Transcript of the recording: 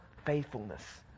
faithfulness